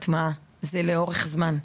זו הטמעה שקורית לאורך זמן.